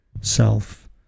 self